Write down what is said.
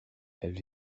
elles